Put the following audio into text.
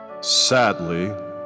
sadly